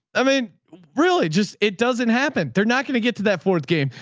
i mean really just, it doesn't happen. they're not going to get to that fourth game.